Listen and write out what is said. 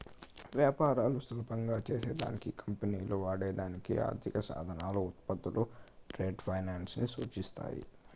వ్యాపారాలు సులభం చేసే దానికి కంపెనీలు వాడే దానికి ఆర్థిక సాధనాలు, ఉత్పత్తులు ట్రేడ్ ఫైనాన్స్ ని సూచిస్తాది